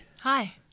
Hi